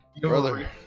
brother